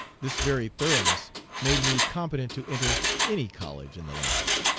this very thoroughness made me competent to enter any college in the land.